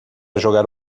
jogar